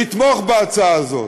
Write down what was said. לתמוך בהצעה הזאת,